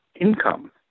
income